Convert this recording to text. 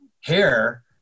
hair